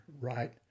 right